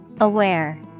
Aware